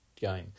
game